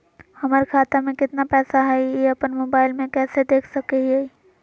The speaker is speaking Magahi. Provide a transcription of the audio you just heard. हमर खाता में केतना पैसा हई, ई अपन मोबाईल में कैसे देख सके हियई?